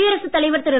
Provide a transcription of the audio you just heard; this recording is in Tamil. குடியரசுத் தலைவர் திரு